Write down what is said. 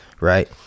Right